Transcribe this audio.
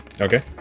Okay